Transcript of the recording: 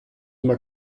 emañ